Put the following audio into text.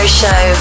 show